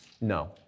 No